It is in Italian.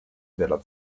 della